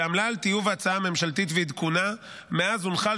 ועמלה על טיוב ההצעה הממשלתית ועדכונה מאז הונחה על